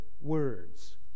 words